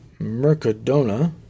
Mercadona